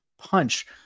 punch